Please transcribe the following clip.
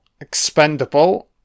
Expendable